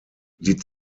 die